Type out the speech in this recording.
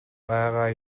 байгаа